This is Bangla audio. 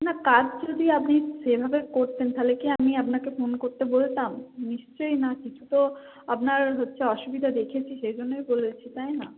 না কাজ যদি আপনি সেভাবে করতেন তাহলে কি আমি আপনাকে ফোন করতে বলতাম নিশ্চয়ই না কিছু তো আপনার হচ্ছে অসুবিধা দেখেছি সেই জন্যই বলেছি তাই না